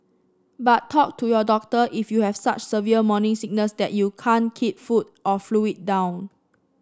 but talk to your doctor if you have such severe morning sickness that you can't keep food or fluid down